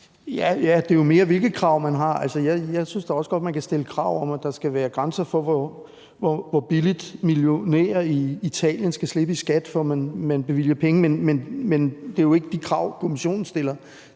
handler jo mere om, hvilke krav man har. Altså, jeg synes da også godt, man kan stille krav om, at der skal være grænser for, hvor billigt millionærer i Italien skal slippe i skat, før man bevilger penge, men det er jo ikke de krav, Kommissionen stiller;